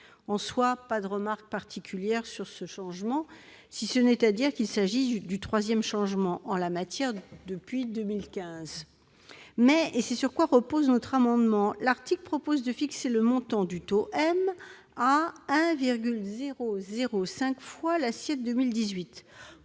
ferai pas de remarque particulière sur ce changement, si ce n'est qu'il s'agit de la troisième modification en la matière depuis 2015. Mais, et c'est ce sur quoi repose notre amendement, l'article 15 fixe le montant du taux M à 1,005 fois l'assiette de 2018,